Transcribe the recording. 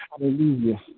hallelujah